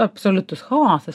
absoliutus chaosas